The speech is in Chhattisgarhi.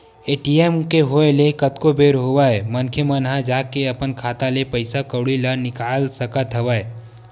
ए.टी.एम के होय ले कतको बेर होय मनखे मन ह जाके अपन खाता ले पइसा कउड़ी ल निकाल सकत हवय